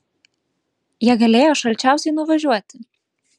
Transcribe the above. jie galėjo šalčiausiai nuvažiuoti